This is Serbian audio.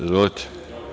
Izvolite.